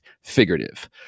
figurative